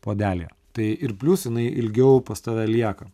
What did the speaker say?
puodelyje tai ir plius jinai ilgiau pas tave lieka